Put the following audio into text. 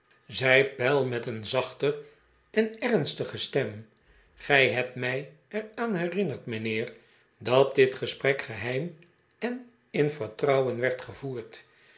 zei pell met een zachte en ernstige stem gij hebt mij er aan herinnerd mijnheer dat dit gesprek geheim en in vertrouwen werd gevoerd